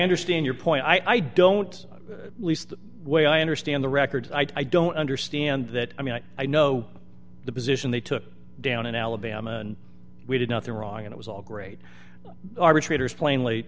understand your point i don't least way i understand the records i don't understand that i mean i know the position they took down in alabama and we did nothing wrong it was all great arbitrators plainly